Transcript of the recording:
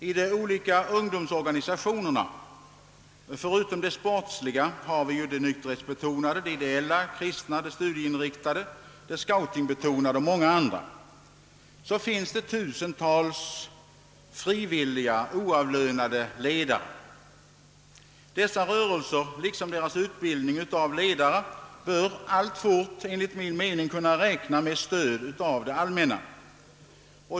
I de olika ungdomsorganisationerna — förutom de sportsliga har vi de nykterhetsbetonade, de ideella och kristna, de studieinriktade, de scoutingbetonade och många andra — finns det många tusen frivilliga oavlönade ledare. Dessa rörelser bör alltfort, även för sin ledarutbildning, kunna räkna med stöd av det allmänna.